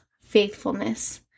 faithfulness